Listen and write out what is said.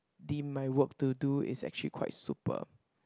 deem my work to do is actually quite super